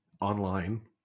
online